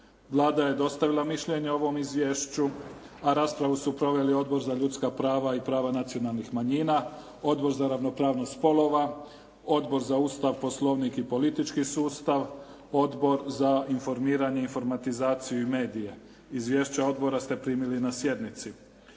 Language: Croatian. Vlada je dostavila mišljenje o ovom izvješću, a raspravu su proveli Odbor za ljudska prava i prava nacionalnih manjina, Odbor za ravnopravnost spolova, Odbor za Ustav, Poslovnik i politički sustav, Odbor za informiranje i informatizaciju i medije. Izvješća odbora ste primili na sjednici.